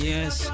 Yes